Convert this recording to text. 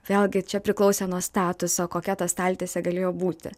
vėlgi čia priklausė nuo statuso kokia ta staltiesė galėjo būti